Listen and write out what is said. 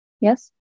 Yes